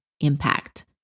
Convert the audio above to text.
impact